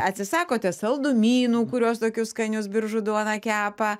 atsisakote saldumynų kuriuos tokius skanius biržų duona kepa